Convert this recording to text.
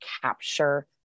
capture